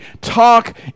talk